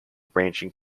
branching